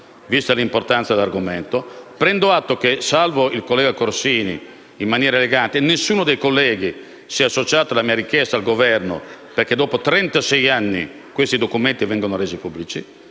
l'importanza dell'argomento. Prendo atto del fatto che, salvo il collega Corsini, in maniera elegante, nessuno dei colleghi si è associato alla mia richiesta al Governo perché dopo trentasei anni questi documenti vengano resi pubblici.